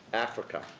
africa,